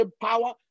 power